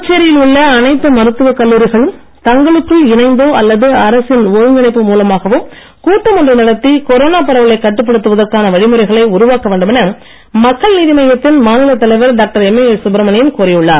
புதுச்சேரியில் உள்ள அனைத்து மருத்துவக் கல்லூரிகளும் தங்களுக்குள் இணைந்தோ அல்லது அரசின் ஒருங்கிணைப்பு மூலமாகவோ கூட்டம் ஒன்றை நடத்தி கொரோனா பரவலைக் கட்டுப்படுத்துவதற்கான வழிமுறைகளை உருவாக்க வேண்டும் என மக்கள் நீதி மய்யத்தின் மாநிலத் தலைவர் டாக்டர் எம்ஏஎஸ் சுப்ரமணியன் கோரியுள்ளார்